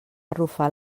arrufar